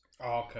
Okay